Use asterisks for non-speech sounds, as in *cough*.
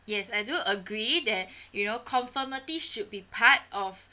yes I do agree that *breath* you know conformity should be part of